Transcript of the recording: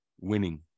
Winning